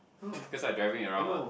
because I driving around mah